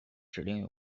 指令